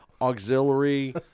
auxiliary